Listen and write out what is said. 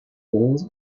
was